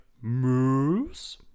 moose